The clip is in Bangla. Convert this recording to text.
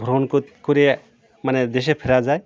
ভ্রমণ কর করে মানে দেশে ফেরা যায়